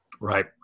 Right